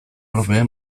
orbe